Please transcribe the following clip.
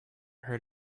heard